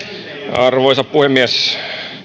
arvoisa puhemies